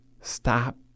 stop